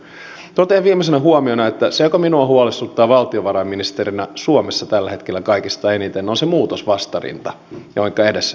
totean viimeisenä huomiona että se mikä minua huolestuttaa valtiovarainministerinä suomessa tällä hetkellä kaikista eniten on se muutosvastarinta jonka edessä me olemme